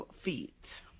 Feet